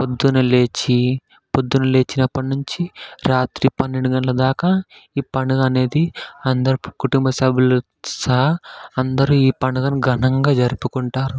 పొద్దున లేచి పొద్దున్న లేచినప్పటినుంచి రాత్రి పన్నెండు గంటాల దాకా ఈ పండుగ అనేది అందరూ కుటుంబసభ్యులు సహా అందరూ ఈ పండుగను ఘనంగా జరుపుకుంటారు